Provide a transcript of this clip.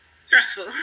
stressful